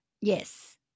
Yes